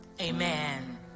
amen